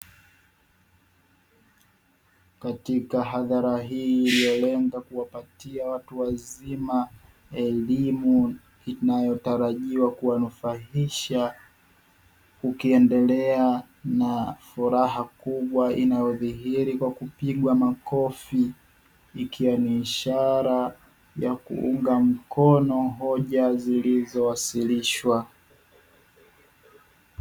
Katika hadhara hii iliyolenga kuwapatia watu wazima elimu inayotarajiwa kuwanufaisha, kukiendelea na furaha kubwa inayodhihiri wa kupigwa makofi ikiwa ni ishara ya kuunga mkono hoja zilizowasilishwa.